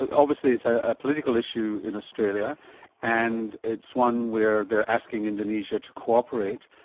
and obviously it's a political issue in australia and it's one where they're asking indonesia to cooperate.